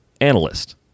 analyst